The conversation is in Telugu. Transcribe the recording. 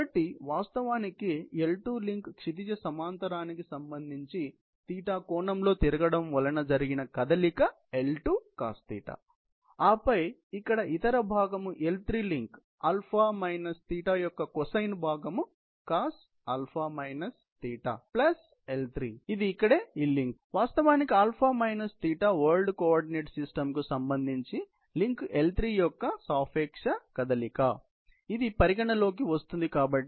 కాబట్టి వాస్తవానికి L2 లింక్ క్షితిజ సమాంతరానికి సంబంధించి θ కోణములో తిరగడం వలన జరిగిన కదలిక L2 cosθ ఆపై ఇక్కడ ఇతర భాగం L3 లింక్ α θ యొక్క కొసైన్ భాగం cos α θ మరియు ప్లస్ L3 ఇది ఇక్కడే ఈ లింక్ కాబట్టి వాస్తవానికి α θ వరల్డ్ కోఆర్డినేట్ సిస్టం కు సంబంధించి లింక్ L3 యొక్క సాపేక్ష కదలిక ఇది పరిగణ లోకి వస్తుంది కాబట్టి L3 cos α θ